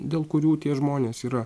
dėl kurių tie žmonės yra